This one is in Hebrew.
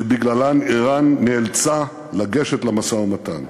שבגללן איראן נאלצה לגשת למשא-ומתן.